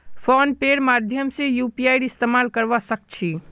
phone पेर माध्यम से यूपीआईर इस्तेमाल करवा सक छी